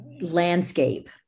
landscape